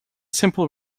simple